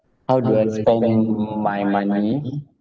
how do I spend my money